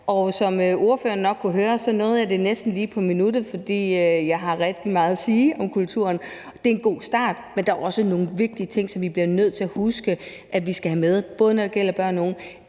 Som ordføreren nok kunne høre, nåede jeg det næsten lige på minuttet, for jeg har rigtig meget at sige om kulturen. Det er en god start, men der er også nogle vigtige ting, som vi bliver nødt til at huske at vi skal have med, både når det gælder børn og unge,